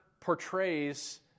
portrays